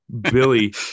Billy